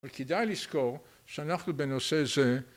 וכדאי לזכור שאנחנו בנושא זה